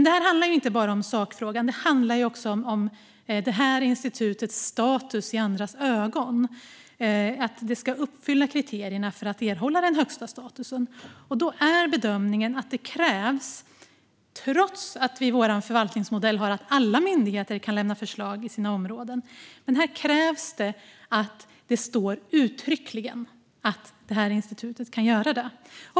Det här handlar dock inte bara om sakfrågan utan också om institutets status i andras ögon. Det ska uppfylla kriterierna för att erhålla den högsta statusen. Då är bedömningen att det krävs att institutets möjligheter att göra det uttryckligen är inskrivna, trots att alla myndigheter, i enlighet med vår förvaltningsmodell, kan lämna förslag inom sina områden.